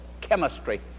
chemistry